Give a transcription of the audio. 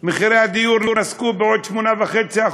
מחירי הדיור נסקו בעוד 8.5%,